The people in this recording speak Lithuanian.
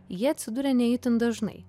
ji atsiduria ne itin dažnai